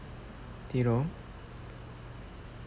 you know